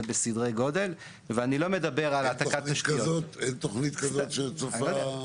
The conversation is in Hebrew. בסדרי גודל --- אין תוכנית כזאת שצופה?